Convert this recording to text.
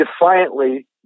defiantly